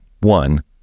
one